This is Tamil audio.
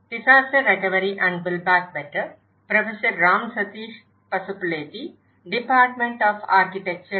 disaster recovery and build back better வகுப்பிற்கு உங்களை வரவேற்கிறேன்